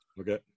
Okay